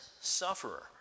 sufferer